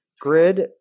grid